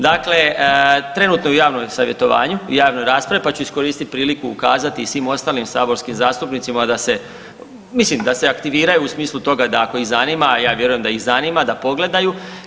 Dakle, trenutno je u javnom savjetovanju i u javnoj raspravi, pa ću iskoristit priliku i ukazati i svim ostalim saborskim zastupnicima da se, mislim da se aktiviraju u smislu toga da ako ih zanima, a ja vjerujem da ih zanima da pogledaju.